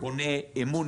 בונה אמון,